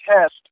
test